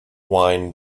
wine